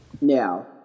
now